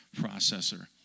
processor